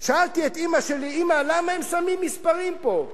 שאלתי את אמא שלי: אמא, למה הם שמים מספרים פה?